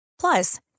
Plus